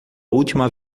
última